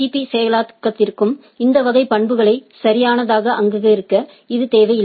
பீ செயலாக்கத்திற்கும் இந்த வகை பண்புகளை சரியானதாக அங்கீகரிக்க இது தேவையில்லை